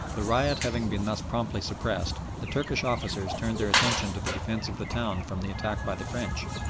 the riot having been thus promptly suppressed, the turkish officers turned their attention to the defence of the town from the attack by the french,